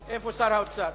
איפה שר האוצר?